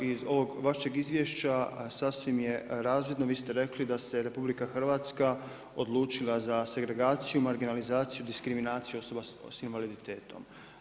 Iz ovog vašeg izvješća sasvim je razvidno, vi ste rekli da se RH odlučila za segregaciju, marginalizaciju, diskriminaciju osoba sa invaliditetom.